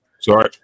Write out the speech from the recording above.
Sorry